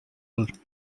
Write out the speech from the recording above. world